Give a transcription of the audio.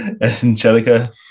Angelica